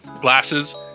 glasses